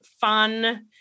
fun